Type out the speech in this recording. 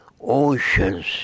oceans